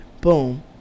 Boom